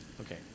Okay